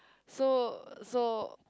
so so